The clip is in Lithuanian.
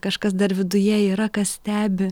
kažkas dar viduje yra kas stebi